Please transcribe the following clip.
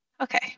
Okay